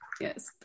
Yes